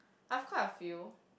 I've quite a few